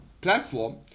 platform